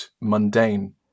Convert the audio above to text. mundane